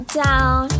down